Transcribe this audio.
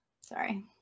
Sorry